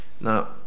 Now